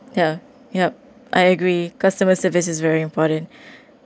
yeah yup I agree customer service is very important